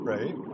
Right